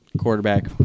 Quarterback